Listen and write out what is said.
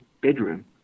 bedroom